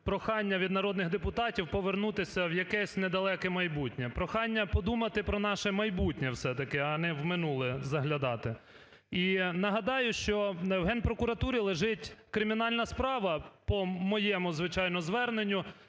прохання від народних депутатів, повернутися в якесь недалеке майбутнє. Прохання подумати про наше майбутнє все-таки, а не в минуле заглядати. І нагадаю, що в Генпрокуратурі лежить кримінальна справа по моєму, звичайно, зверненню,